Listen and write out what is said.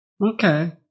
okay